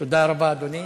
תודה רבה, אדוני.